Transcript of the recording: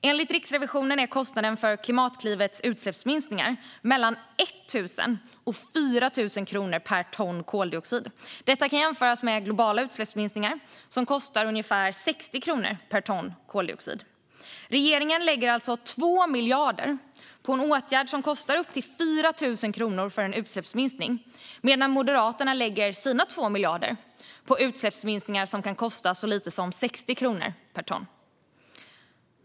Enligt Riksrevisionen är kostnaden för Klimatklivets utsläppsminskningar mellan 1 000 och 4 000 kronor per ton koldioxid. Detta kan jämföras med globala utsläppsminskningar som kostar ungefär 60 kronor per ton koldioxid. Regeringen lägger alltså 2 miljarder på en åtgärd som kostar upp till 4 000 kronor för en utsläppsminskning, medan Moderaterna lägger sina 2 miljarder på utsläppsminskningar som kan kosta så lite som 60 kronor per ton.